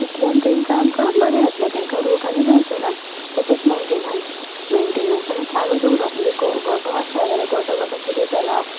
तितल्यान तेंकां आमकां बरें जातलें तेंका रोग आनी जावचे ना तशेंच मॅन्टेनन्स मॅन्टेनन्स आमी चालू दवरप म्हणजे ग गोठो आसा जाल्यार गोठो बाबा कितें जाला